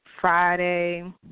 Friday